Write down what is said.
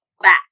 back